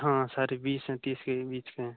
हाँ सारे बीस या तीस के बीच हैं